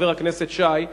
חבר הכנסת שי,